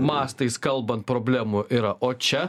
mastais kalbant problemų yra o čia